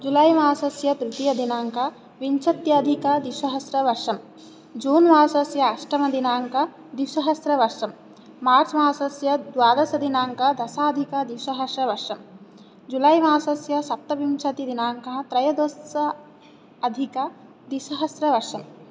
जुलैमासस्य तृतीयदिनाङ्कः विंशत्यधिकद्विसहस्रवर्षं जून्मासस्य अष्टमदिनाङ्क द्विसहस्रवर्षं मार्च् मासस्य द्वादसदिनाङ्कः दशाधिकद्विसहस्रवर्षं जुलैमासस्य सप्तविंशतिदिनाङ्कः त्रयोदशाधिकद्विसहस्रवर्षं